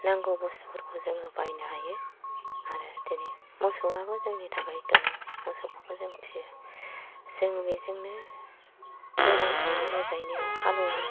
नांगौ बस्तुफोरखौ जोङो बायनो हायो आरो बिदिनो मोसौवाबो जोंनि थाखाय गोनां मोसौखौबो जों फियो जों बेजोंनो दैज्लां समाव माइ गायनायाव हालौवो